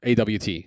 AWT